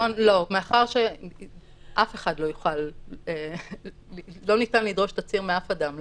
מאחר שלא ניתן לדרוש תצהיר מאף אדם,